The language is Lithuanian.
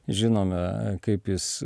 žinome kaip jis